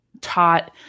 taught